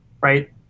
right